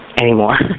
anymore